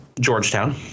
Georgetown